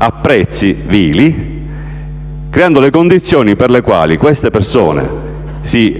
a prezzi vili, creando condizioni per le quali queste persone